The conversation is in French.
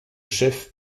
chef